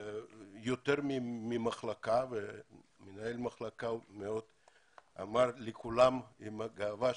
היינו בוועדות, נפגשנו עם שרים,